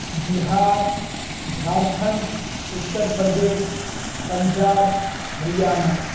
Bihar Jharkhand Uttar Pradesh Punjab Haryana